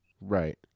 Right